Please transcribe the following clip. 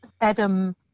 Adam